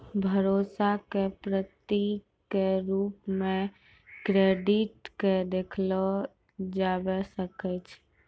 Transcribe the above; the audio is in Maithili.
भरोसा क प्रतीक क रूप म क्रेडिट क देखलो जाबअ सकै छै